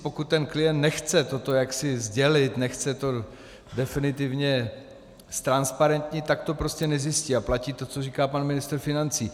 Pokud klient nechce toto sdělit, nechce to definitivně ztransparentnit, tak to prostě nezjistí a platí to, co říká pan ministr financí.